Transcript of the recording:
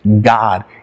God